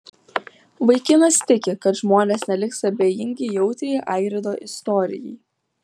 vaikinas tiki kad žmonės neliks abejingi jautriai airido istorijai